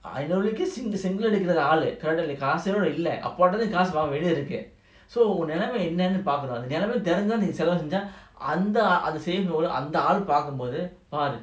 err காசேஇல்லஅப்பாகிட்டதான்காசுவாங்கணும்:kaase illa appakita than kaasu vanganum so நெலமஎன்னனுபார்க்கணும்நெலமஎன்னனுதெரிஞ்சிதான்செலவுசெஞ்சாஅந்தஆளுபார்க்கும்போதுபாரு:nelama ennanu parkanum nelama ennanu therinjithan selavu senja andha aala parkumpothu paaru